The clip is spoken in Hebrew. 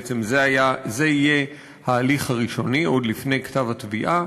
בעצם זה יהיה ההליך הראשוני עוד לפני כתב התביעה.